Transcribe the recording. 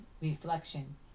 reflection